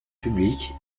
publique